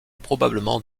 probablement